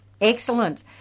Excellent